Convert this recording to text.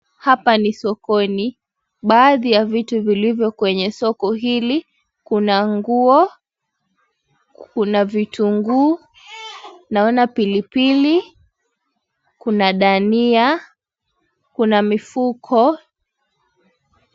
Hapa ni sokoni baadhi ya vitu vilivyo kwenye soko hili. Kuna nguo, kuna vitunguu, naona pilipili, kuna dania, kuna mifuko.